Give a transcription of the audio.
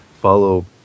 follow